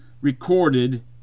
recorded